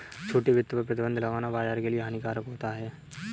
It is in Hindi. छोटे वित्त पर प्रतिबन्ध लगाना बाज़ार के लिए हानिकारक होता है